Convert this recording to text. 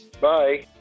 Bye